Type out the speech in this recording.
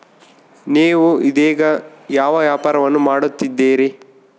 ನೇವು ಇದೇಗ ಯಾವ ವ್ಯಾಪಾರವನ್ನು ಮಾಡುತ್ತಿದ್ದೇರಿ?